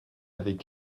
avec